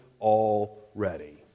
already